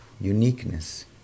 uniqueness